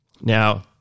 Now